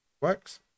works